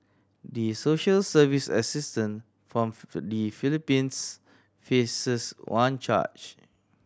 the social service assistant from the Philippines faces one charge